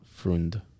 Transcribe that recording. Frund